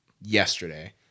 yesterday